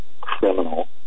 criminal